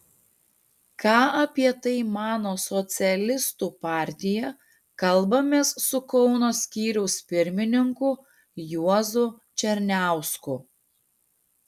ką apie tai mano socialistų partija kalbamės su kauno skyriaus pirmininku juozu černiausku